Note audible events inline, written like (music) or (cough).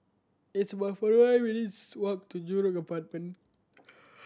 it's about forty one minutes' walk to Jurong Apartment (noise)